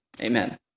amen